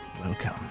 welcome